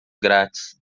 grátis